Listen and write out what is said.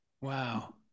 Wow